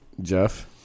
Jeff